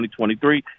2023